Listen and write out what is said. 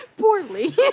poorly